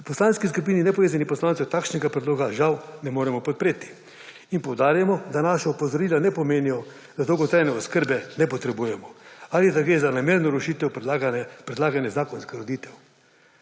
Poslanski skupini nepovezanih poslancev takšnega predloga žal ne moremo podpreti. In poudarjamo, da naše opozorila ne pomenijo, da dolgotrajna oskrbe ne potrebujemo ali da gre za namerno rušitev predlagane zakonske ureditev.